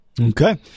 Okay